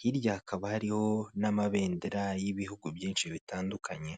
Hirya hakaba hariho n'amabendera y'ibihugu byinshi bitandukanye.